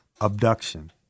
abduction